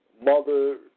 mother